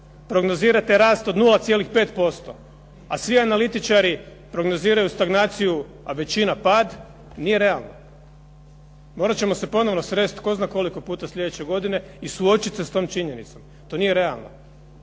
prognozirate rast od 0,5%, a svi analitičari prognoziraju stagnaciju a većina pad, nije realna. Morat ćemo se ponovno srest tko zna koliko puta slijedeće godine i suočit se s tom činjenicom. To nije realno.